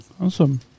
Awesome